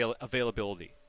availability